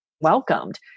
welcomed